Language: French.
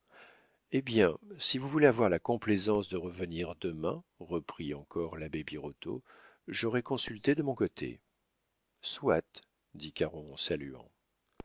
eh bien si vous voulez avoir la complaisance de revenir demain reprit encore l'abbé birotteau j'aurai consulté de mon côté soit dit caron en saluant